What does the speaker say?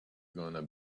gonna